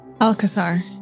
Alcazar